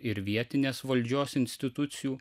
ir vietinės valdžios institucijų